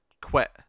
quit